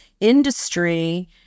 industry